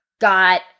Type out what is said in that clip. Got